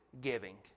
giving